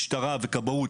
משטרה וכבאות,